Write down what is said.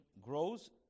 grows